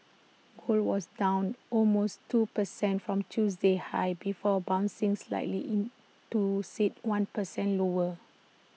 gold was down almost two percent from Tuesday's highs before bouncing slightly into sit one percent lower